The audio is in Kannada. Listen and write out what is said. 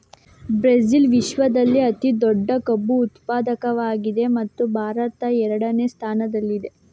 ಬ್ರೆಜಿಲ್ ವಿಶ್ವದಲ್ಲೇ ಅತಿ ದೊಡ್ಡ ಕಬ್ಬು ಉತ್ಪಾದಕವಾಗಿದೆ ಮತ್ತು ಭಾರತ ಎರಡನೇ ಸ್ಥಾನದಲ್ಲಿದೆ